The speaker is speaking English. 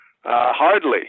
hardly